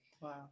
Wow